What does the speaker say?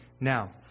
now